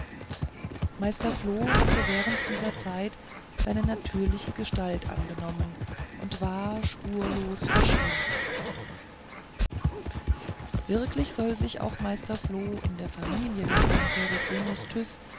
meister floh hatte während dieser zeit seine natürliche gestalt angenommen und war spurlos verschwunden wirklich soll sich auch meister floh in der familie des herrn